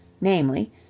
namely